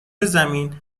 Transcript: زمین